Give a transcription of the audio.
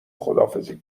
خداحافظی